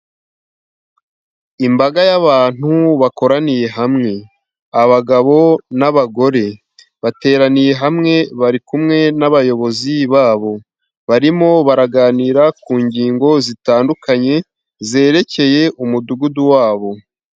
Imbaga y'abantu bakoraniye hamwe abagabo n'abagore. Bateraniye hamwe bari kumwe n'abayobozi babo. Barimo baraganira ku ngingo zitandukanye zerekeye umudugudu wabo.